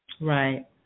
Right